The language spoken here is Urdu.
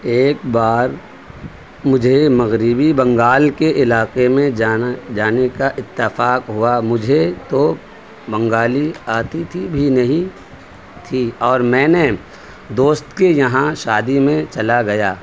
ایک بار مجھے مغربی بنگال کے علاقے میں جانا جانے کا اتفاق ہوا مجھے تو بنگالی آتی تھی بھی نہیں تھی اور میں نے دوست کے یہاں شادی میں چلا گیا